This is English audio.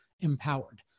empowered